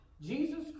Jesus